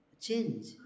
change